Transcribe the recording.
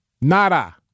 nada